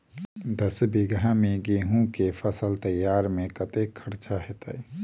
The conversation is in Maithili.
दस बीघा मे गेंहूँ केँ फसल तैयार मे कतेक खर्चा हेतइ?